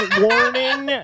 warning